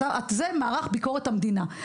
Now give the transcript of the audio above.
זה מערך ביקורת המדינה.